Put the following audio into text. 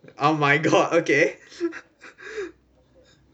oh my god okay